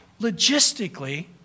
logistically